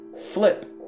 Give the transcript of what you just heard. flip